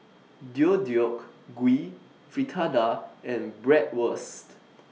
Deodeok Gui Fritada and Bratwurst